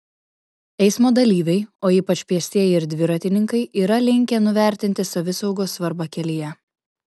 eismo dalyviai o ypač pėstieji ir dviratininkai yra linkę nuvertinti savisaugos svarbą kelyje